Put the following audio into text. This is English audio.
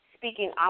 Speaking